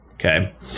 Okay